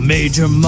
Major